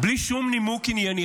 בלי שום נימוק ענייני.